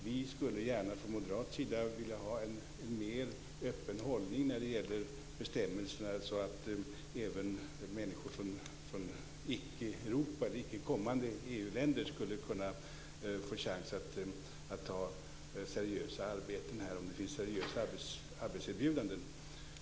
Vi skulle från moderat sida gärna vill ha en mer öppen hållning när det gäller bestämmelserna, så att även människor från icke kommande EU-länder skulle kunna få chans att ta seriösa arbeten här om det finns seriösa arbetserbjudanden.